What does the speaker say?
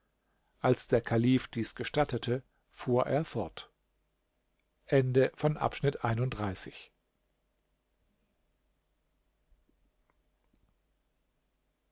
ihn der kalif reden geheißen fuhr er fort